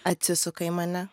atsisuka į mane